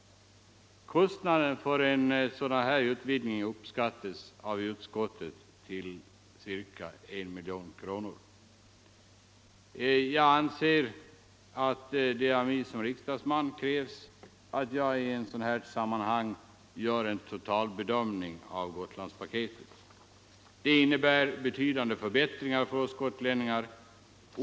Kostnaden för en sådan utvidgning uppskattas av utskottet till cirka I miljon kronor. Jag anser att det av mig som riksdagsman krävs att jag i ett sådant här sammanhang gör en totalbedömning av Gotlandspaketet. Det innebär betydande förbättringar för oss gotlänningar.